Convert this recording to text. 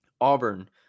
Auburn